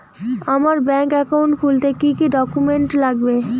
আমার bank account খুলতে কি কি ডকুমেন্ট লাগবে?